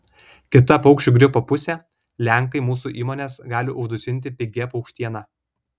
kita paukščių gripo pusė lenkai mūsų įmones gali uždusinti pigia paukštiena